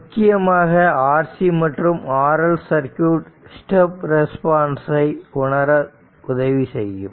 முக்கியமாக RC மற்றும் RL circuit step ரெஸ்பான்ஸை உணர உதவி செய்யும்